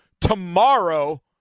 tomorrow